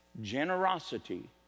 Generosity